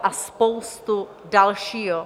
A spoustu dalšího.